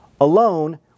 alone